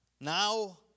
Now